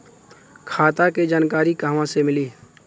खाता के जानकारी कहवा से मिली?